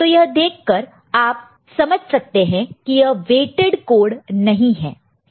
तो यह देख कर आप समझ सकते हैं कि यह वेटेड कोड नहीं है